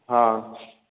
हँ